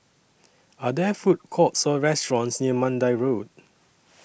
Are There Food Courts Or restaurants near Mandai Road